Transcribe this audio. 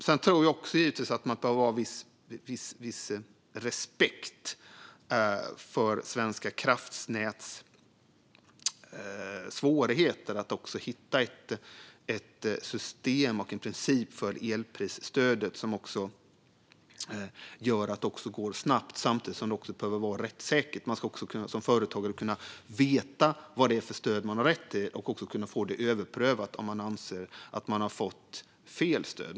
Man måste också ha viss respekt för Svenska kraftnäts svårigheter att hitta ett system och en princip för elprisstödet som gör att det går snabbt samtidigt som det behöver vara rättssäkert. Man ska som företagare kunna veta vad det är för stöd man har rätt till och kunna få det överprövat om man anser att man har fått fel stöd.